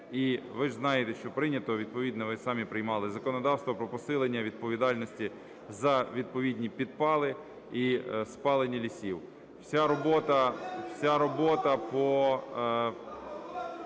І ви ж знаєте, що прийнято відповідне, ви ж самі приймали, законодавство про посилення відповідальності за відповідні підпали і спалення лісів. Вся робота по…